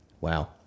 Wow